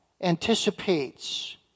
anticipates